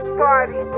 party